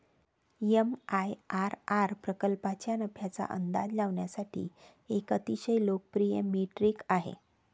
MIRR प्रकल्पाच्या नफ्याचा अंदाज लावण्यासाठी एक अतिशय लोकप्रिय मेट्रिक आहे